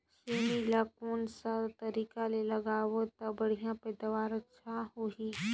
सेमी ला कोन सा तरीका ले लगाबो ता बढ़िया पैदावार अच्छा होही?